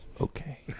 okay